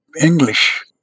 English